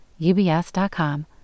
ubs.com